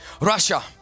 russia